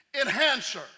enhancer